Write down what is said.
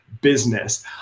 business